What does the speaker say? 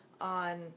on